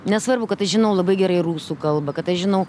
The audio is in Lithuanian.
nesvarbu kad aš žinau labai gerai rusų kalbą kad aš žinau